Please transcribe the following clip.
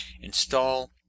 install